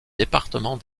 département